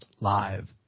Live